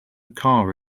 car